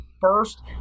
first